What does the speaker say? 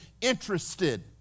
interested